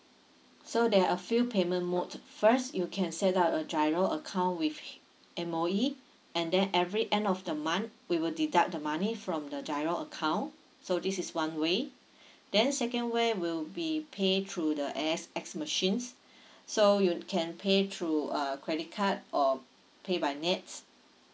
so there are a few payment mode first you can set up a GIRO account with h~ M_O_E and then every end of the month we will deduct the money from the GIRO account so this is one way then second way will be pay through the A_X_S machines so you can pay through uh credit card or pay by NETS